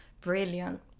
brilliant